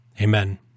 Amen